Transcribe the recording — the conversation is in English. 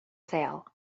sale